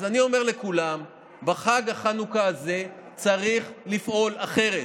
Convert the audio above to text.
אז אני אומר לכולם שבחג החנוכה הזה צריך לפעול אחרת.